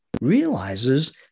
realizes